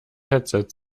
headset